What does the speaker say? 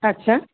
আচ্ছা